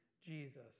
Jesus